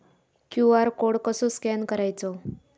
QR code कसो scan करायचो?